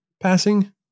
Passing